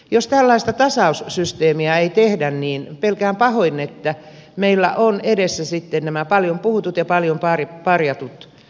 jos tällaista ta saussysteemiä ei tehdä niin pelkään pahoin että meillä on edessä sitten nämä paljon puhutut ja paljon parjatut pakkoliitokset kunnissa